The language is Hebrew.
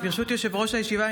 ברשות יושב-ראש הישיבה,